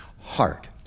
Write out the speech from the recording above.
heart